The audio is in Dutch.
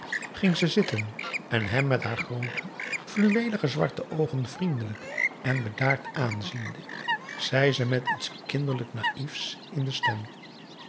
ging ze zitten en hem met haar groote fluweelige zwarte oogen vriendelijk en bedaard aanziende zei ze met iets kinderlijk naiefs in de stem